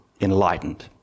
enlightened